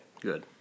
Good